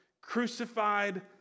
crucified